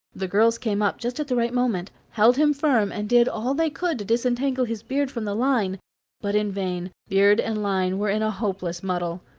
the girls came up just at the right moment, held him firm, and did all they could to disentangle his beard from the line but in vain, beard and line were in a hopeless muddle.